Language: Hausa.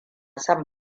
son